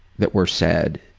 that were said,